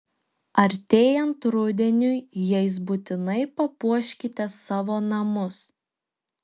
artėjant rudeniui jais būtinai papuoškite savo namus